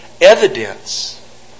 evidence